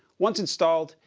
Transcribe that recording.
once installed,